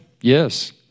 Yes